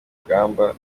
urugamba